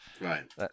right